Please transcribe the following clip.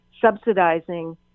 subsidizing